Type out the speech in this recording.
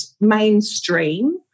mainstream